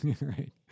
right